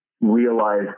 realize